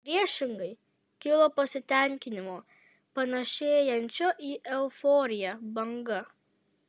priešingai kilo pasitenkinimo panašėjančio į euforiją banga